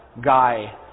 guy